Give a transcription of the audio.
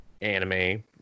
anime